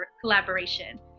collaboration